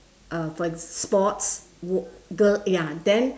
uh ex~ for sports girl ya then